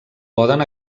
poden